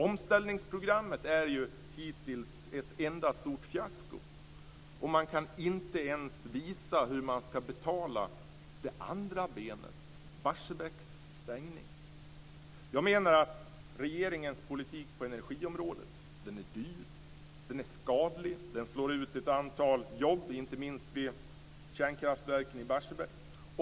Omställningsprogrammet är ju hittills ett enda stort fiasko. Man kan inte ens visa hur man skall betala det andra benet, Barsebäcks stängning. Jag menar att regeringens politik på energiområdet är dyr, skadlig och slår ut ett antal jobb, inte minst vid kärnkraftverket i Barsebäck.